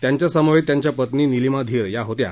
त्यांच्यासमवेत त्यांच्या पत्नी निलीमा धीर या होत्या